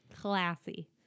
Classy